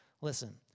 Listen